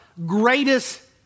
Greatest